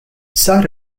sar